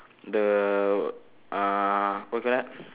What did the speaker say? the uh what you call that